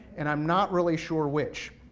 and i'm not really sure which.